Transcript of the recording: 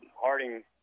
Harding